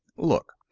look.